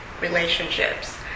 relationships